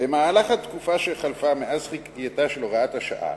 "במהלך התקופה שחלפה מאז חקיקתה של הוראת השעה